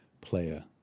player